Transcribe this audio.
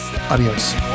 Adios